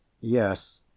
Yes